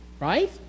right